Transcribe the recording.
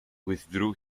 withdrew